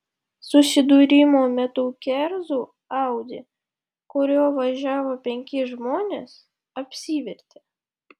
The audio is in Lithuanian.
susidūrimo metu kerzų audi kuriuo važiavo penki žmonės apsivertė